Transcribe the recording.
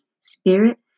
spirit